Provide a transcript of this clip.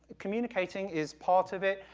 ah communicating is part of it,